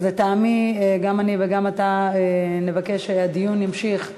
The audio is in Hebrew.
אז לטעמי גם אני וגם אתה נבקש שהדיון יימשך בוועדה.